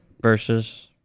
versus